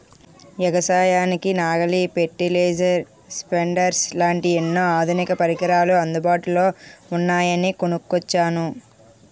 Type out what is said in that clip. ఎగసాయానికి నాగలి, fertilizer, spreaders లాంటి ఎన్నో ఆధునిక పరికరాలు అందుబాటులో ఉన్నాయని కొనుక్కొచ్చాను